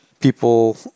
people